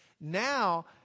Now